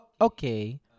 Okay